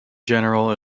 general